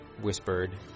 whispered